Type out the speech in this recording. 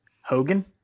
Hogan